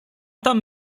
tam